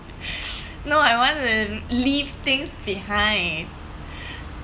no I want to leave things behind